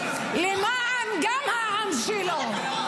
תני לה לדבר, בבקשה.